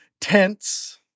tents